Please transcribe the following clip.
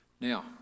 Now